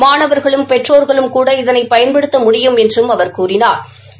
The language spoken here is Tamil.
மாணவா்களும் பெற்றோா்களும்கூட இதனை பயன்படுத்த முடியும் என்று அவா் கூறினாா்